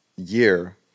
year